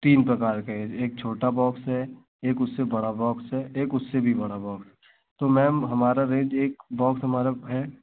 तीन प्रकार के हैं एक छोटा बॉक्स है एक उससे बड़ा बॉक्स है एक उससे भी बड़ा बॉक्स तो मैम हमारा रेन्ज एक बॉक्स हमारा है